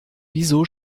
wieso